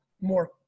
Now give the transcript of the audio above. more